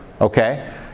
Okay